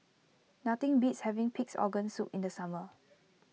nothing beats having Pig's Organ Soup in the summer